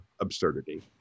absurdity